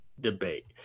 debate